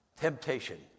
Temptation